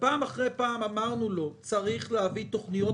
פעם אחרי פעם אמרנו לו שצריך להביא תוכניות